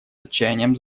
отчаянием